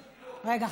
רגע.